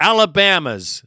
Alabama's